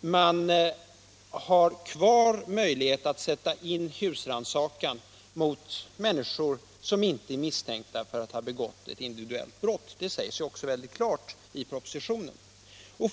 man har fortfarande kvar möjligheten att sätta in husrannsakan mot människor som inte är misstänkta för att ha begått ett individuellt brott. Det sägs också klart i propositionen.